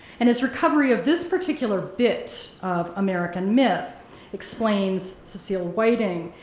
and his recovery of this particular bit of american myth explains cecile whiting,